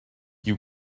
you